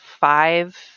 five